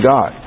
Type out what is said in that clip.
God